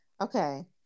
Okay